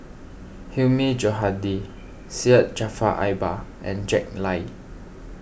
Hilmi Johandi Syed Jaafar Albar and Jack Lai